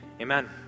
Amen